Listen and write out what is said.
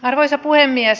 arvoisa puhemies